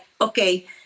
okay